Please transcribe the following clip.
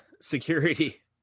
security